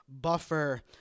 Buffer